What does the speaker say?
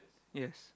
yes